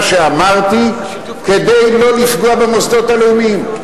שאמרתי כדי לא לפגוע במוסדות הלאומיים.